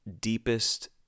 deepest